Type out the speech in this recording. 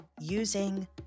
using